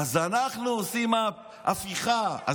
אנחנו עושים הפיכה.